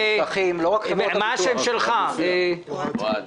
אוהד מעודי,